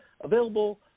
available